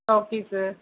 okay sir